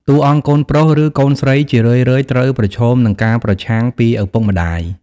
តួអង្គកូនប្រុសឬកូនស្រីជារឿយៗត្រូវប្រឈមនឹងការប្រឆាំងពីឪពុកម្តាយ។